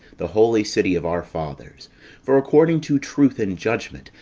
the holy city of our fathers for according to truth and judgment,